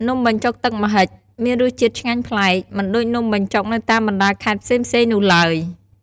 នំបញ្ចុកទឹកម្ហិចមានរសជាតិឆ្ងាញ់ប្លែក មិនដូចនំបញ្ចុក នៅតាមបណ្ដាខេត្តផ្សេងៗនោះឡើយ ។